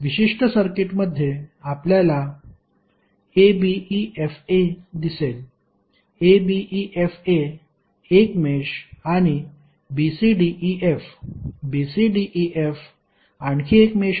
विशिष्ट सर्किटमध्ये आपल्याला abefa दिसेल abefa 1 मेष आणि bcdef bcdef आणखी एक मेष आहे